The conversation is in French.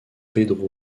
pedro